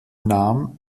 nahm